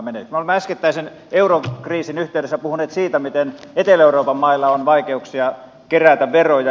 me olemme äskettäisen eurokriisin yhteydessä puhuneet siitä miten etelä euroopan mailla on vaikeuksia kerätä veroja